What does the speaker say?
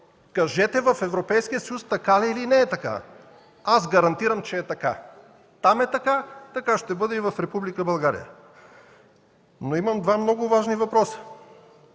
Кажете в Европейския съюз така ли е, или не е така? Аз гарантирам, че е така. Там е така, така ще бъде и в Република България. Имам два много важни въпроса: